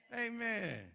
Amen